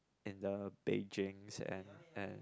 in the Beijing and and